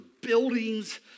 buildings